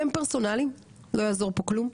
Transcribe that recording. והם פרסונליים לא יעזור פה כלום,